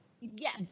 Yes